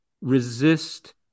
resist